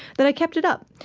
that i kept it up,